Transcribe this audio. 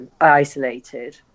isolated